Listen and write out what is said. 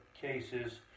cases